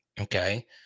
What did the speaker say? okay